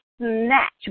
snatch